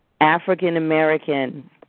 African-American